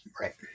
Right